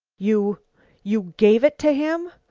you you gave it to him!